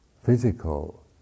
physical